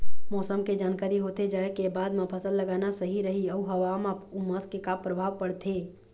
मौसम के जानकारी होथे जाए के बाद मा फसल लगाना सही रही अऊ हवा मा उमस के का परभाव पड़थे?